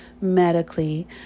medically